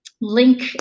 link